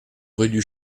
rue